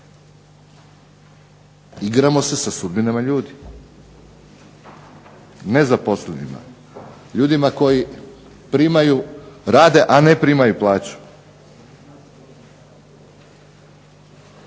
Igramo se sa sudbinama ljudi, nezaposlenima, ljudima koji primaju, rade a ne primaju plaću,